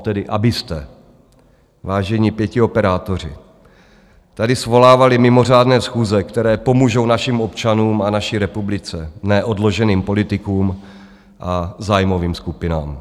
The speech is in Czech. tedy abyste, vážení pětioperátoři, tady svolávali mimořádné schůze, které pomůžou našim občanům a naší republice, ne odloženým politikům a zájmovým skupinám.